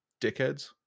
dickheads